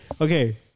Okay